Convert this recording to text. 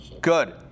Good